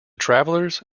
travellers